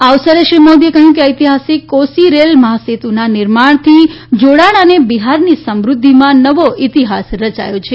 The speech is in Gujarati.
આ અવસરે શ્રી મોદીએ કહ્યું ઐતિહાસિક કોસી રેલવે મહાસેતુના નિર્માણથી જોડાણ અને બિહારની સમૃઘ્ઘિમાં નવા ઇતિહાસ રચાયો છે